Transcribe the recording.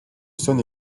saône